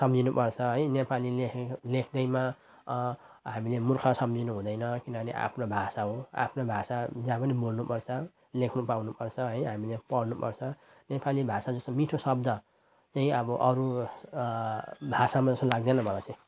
सम्झनुपर्छ है नेपालीले लेख्दैमा हामीले मुर्ख सम्झनुहुँदैन किनभने आफ्नो भाषा हो आफ्नो भाषा जहाँ पनि बोल्नुपर्छ लेख्नु पाउनुपर्छ है हामीले पढ्नुपर्छ नेपाली भाषा जस्तो मिठो शब्द नै अब अरू भाषामा छ जस्तो लाग्दैन मलाई चाहिँ